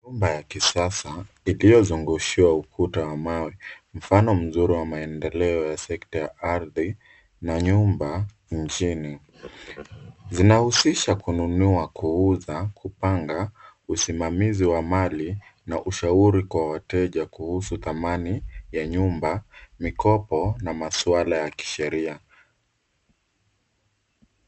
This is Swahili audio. Nyumba ya kisasa iliyozungushiwa ukuta wa mawe. Mfano mzuri wa maendeleo ya sekta ya ardhi manyumba nchini. Zinahusisha kununua, kuuza, kupanga, usimamizi wa mali na ushauri kwa wateja kuhusu dhamani ya nyumba, mikopo na maswala ya kisheria.